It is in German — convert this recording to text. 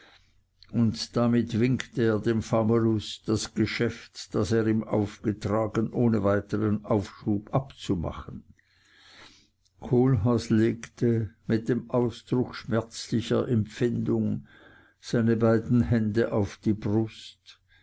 und damit winkte er dem famulus das geschäft das er ihm aufgetragen ohne weiteren aufschub abzumachen kohlhaas legte mit dem ausdruck schmerzlicher empfindung seine beiden hände auf die brust